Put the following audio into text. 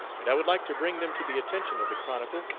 and i would like to bring them to the attention of the chronicle,